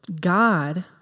God